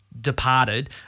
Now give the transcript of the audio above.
departed